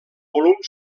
volum